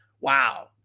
wow